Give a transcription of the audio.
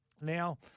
Now